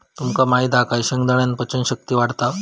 तुमका माहित हा काय शेंगदाण्यान पचन शक्ती वाढता